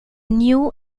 new